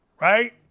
Right